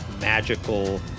magical